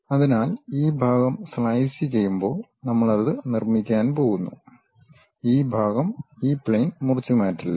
അതിനാൽ ഈ ഭാഗം സ്ലൈസ് ചെയ്യുമ്പോൾ നമ്മൾ അത് നിർമ്മിക്കാൻ പോകുന്നു ഈ ഭാഗം ഈ പ്ലെയിൻ മുറിച്ചുമാറ്റില്ല